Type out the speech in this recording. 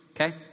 Okay